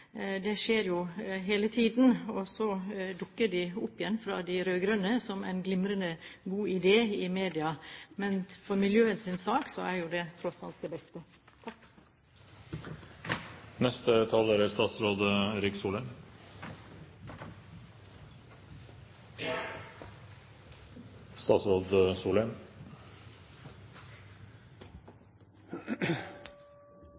Det skjer jo hele tiden, og så dukker de opp igjen i media som glimrende gode ideer fra de rød-grønne. Men for miljøets sak er jo det tross alt det beste.